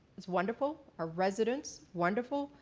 it's wonderful, ah residents, wonderful,